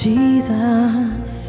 Jesus